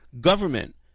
government